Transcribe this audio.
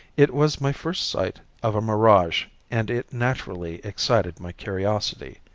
it was my first sight of a mirage and it naturally excited my curiosity.